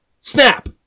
SNAP